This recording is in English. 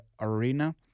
arena